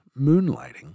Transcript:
moonlighting